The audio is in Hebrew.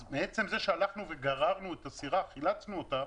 מעצם זה שהלכנו וגררנו את הסירה, חילצנו אותה,